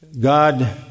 God